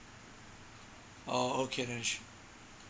oh okay then sure